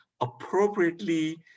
appropriately